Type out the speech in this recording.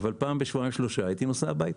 אבל פעם בשבועיים שלושה בייתי נוסע הבית.